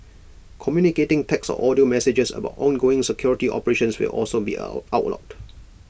communicating text or audio messages about ongoing security operations will also be out outlawed